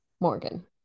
Morgan